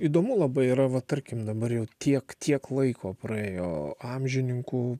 įdomu labai yra va tarkim dabar jau tiek tiek laiko praėjo amžininkų